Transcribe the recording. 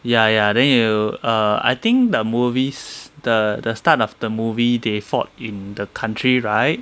ya ya then you err I think the movies the the start of the movie they fought in the country right